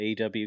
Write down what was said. AW